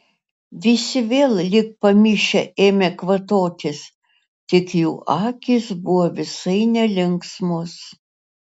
visi vėl lyg pamišę ėmė kvatotis tik jų akys buvo visai nelinksmos